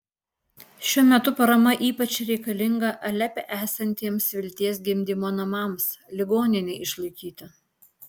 šiuo metu parama ypač reikalinga alepe esantiems vilties gimdymo namams ligoninei išlaikyti